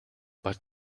but